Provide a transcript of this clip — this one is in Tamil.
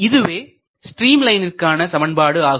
இதுவே ஸ்ட்ரீம் லைனிற்கான சமன்பாடு ஆகும்